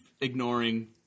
ignoring